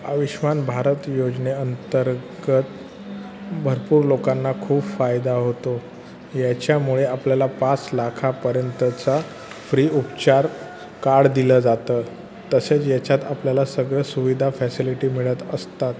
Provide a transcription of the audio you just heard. आयुष्मान भारत योजनेअंतर्गत भरपूर लोकांना खूप फायदा होतो याच्यामुळे आपल्याला पाच लाखापर्यंतचा फ्री उपचार कार्ड दिलं जातं तसेच याच्यात आपल्याला सगळं सुविधा फॅसिलिटी मिळत असतात